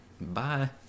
bye